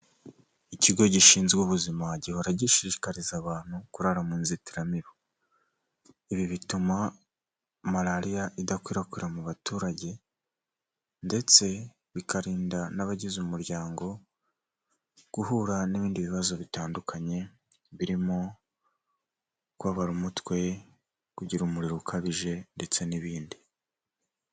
Ikigo gishinzwe ubuzima gihora gishishikariza abantu kurara mu nzitiramibu, ibi bituma malariya idakwirakwira mu baturage ndetse bikarinda n'abagize umuryango guhura n'ibindi bibazo bitandukanye birimo kubabara umutwe, kugira umuriro ukabije ndetse n'ibindi.